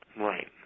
Right